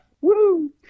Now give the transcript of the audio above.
Woo